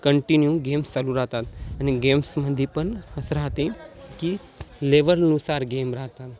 continue games चालू राहतात आणि गेम्समध्ये पण असं राहते की लेवलनुसार गेम राहतात